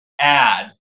add